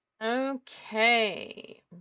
Okay